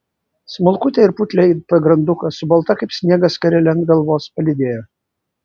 smulkutę ir putlią it pagrandukas su balta kaip sniegas skarele ant galvos palydėjo